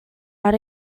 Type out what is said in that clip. are